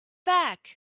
back